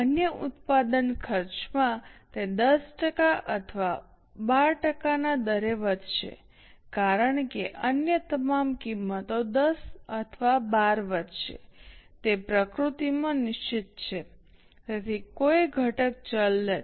અન્ય ઉત્પાદન ખર્ચમાં તે 10 ટકા અથવા 12 ટકાના દરે વધશે કારણ કે અન્ય તમામ કિંમતો 10 અથવા 12 વધશે તે પ્રકૃતિમાં નિશ્ચિત છે તેથી કોઈ ઘટક ચલ નથી